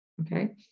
okay